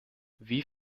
wie